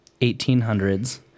1800s